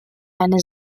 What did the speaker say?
eine